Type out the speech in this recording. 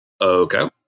Okay